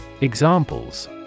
Examples